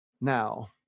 now